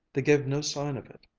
they gave no sign of it,